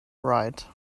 right